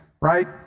right